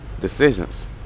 decisions